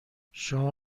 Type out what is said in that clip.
شما